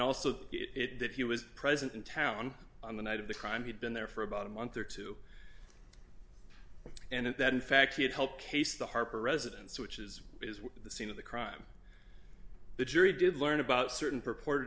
also it that he was present in town on the night of the crime had been there for about a month or two and that in fact it helped case the harper residence which is the scene of the crime the jury did learn about certain purported